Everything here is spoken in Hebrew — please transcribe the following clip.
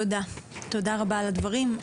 תודה רבה על הדברים.